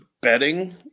betting